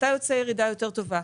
מתי יוצאת ירידה טובה יותר?